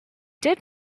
did